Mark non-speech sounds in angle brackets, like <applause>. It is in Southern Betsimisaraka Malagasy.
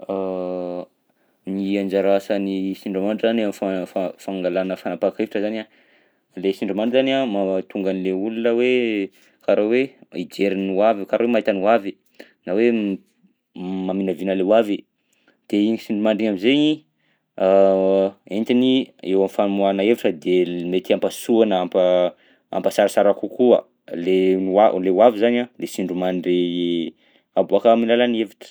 <hesitation> Ny anjara asan'ny sindrimandry zany am'fa- fa- fangalana fanampahan-kevitra zany a le sindrimandry zany a mahatonga an'le olona hoe karaha hoe hijery ny ho avy karaha hoe mahita ny ho avy na hoe m- maminavina an'le ho avy de iny sindrimandry iny am'zaigny <hesitation> entiny eo am'famoahana hevitra de mety hampasoa na hampa- hampasarasara kokoa le ny ho a- le ho avy zany a le sindrimandry aboaka amin'ny alalan'ny hevitra.